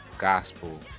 gospel